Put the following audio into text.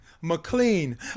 mclean